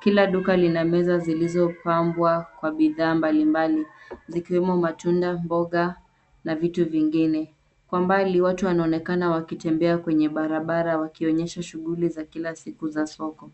Kila duka linameza zilizopangwa kwa bidhaa mbalimbali zikiwemo matunda, mboga na vitu vingine. Kwa mbali watu wanaonekana wakitembea kwenye barabara wakionyesha shughuli za kila siku za soko.